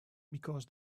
because